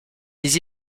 des